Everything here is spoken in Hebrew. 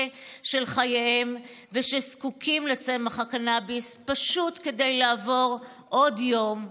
של חייהם ושזקוקים לצמח הקנביס פשוט כדי לעבור עוד יום,